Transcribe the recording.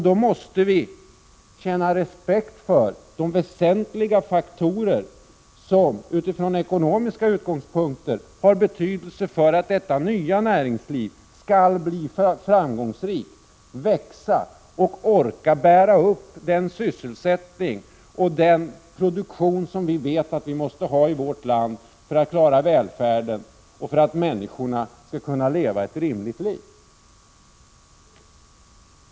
Vi måste känna respekt för de väsentliga faktorer som från ekonomiska utgångspunkter har betydelse för att detta nya näringsliv skall bli framgångsrikt, växa och orka bära upp den sysselsättning och produktion som vi vet att vi måste ha i vårt land för att klara välfärden och för att människorna skall kunna leva ett drägligt liv.